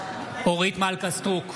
אורית מלכה סטרוק,